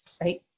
right